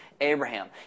Abraham